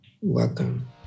Welcome